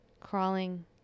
Crawling